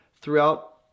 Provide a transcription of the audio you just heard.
throughout